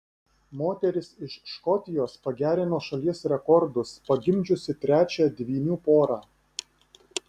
moteris iš škotijos pagerino šalies rekordus pagimdžiusi trečią dvynių porą